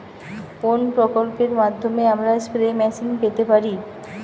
কোন প্রকল্পের মাধ্যমে আমরা স্প্রে মেশিন পেতে পারি?